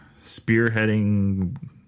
spearheading